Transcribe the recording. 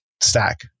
stack